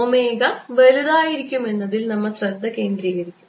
omega വലുതായിരിക്കുമെന്നതിൽ നമ്മൾ ശ്രദ്ധ കേന്ദ്രീകരിക്കും